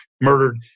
murdered